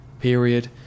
period